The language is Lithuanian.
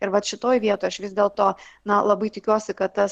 ir vat šitoj vietoj aš vis dėl to na labai tikiuosi kad tas